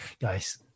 guys